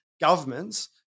governments